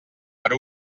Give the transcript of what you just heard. per